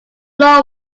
floor